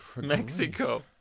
Mexico